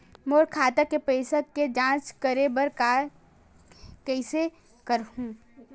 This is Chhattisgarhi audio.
मोर खाता के पईसा के जांच करे बर हे, कइसे करंव?